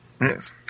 Yes